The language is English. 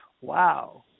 wow